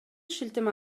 шилтеме